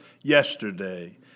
yesterday